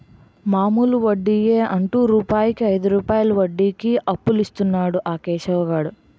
మామూలు వడ్డియే అంటు రూపాయికు ఐదు రూపాయలు వడ్డీకి అప్పులిస్తన్నాడు ఆ కేశవ్ గాడు